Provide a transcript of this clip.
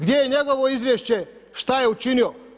Gdje je njegovo izvješće šta je učinio?